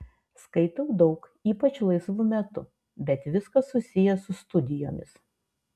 skaitau daug ypač laisvu metu bet viskas susiję su studijomis